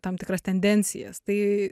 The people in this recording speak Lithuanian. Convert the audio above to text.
tam tikras tendencijas tai